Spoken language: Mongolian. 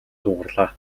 дуугарлаа